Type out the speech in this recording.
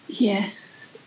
Yes